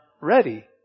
ready